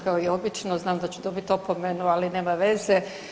Kao i obično znam da ću dobiti opomenu, ali nema veze.